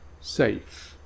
safe